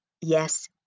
Yes